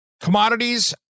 Commodities